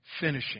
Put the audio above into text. finishing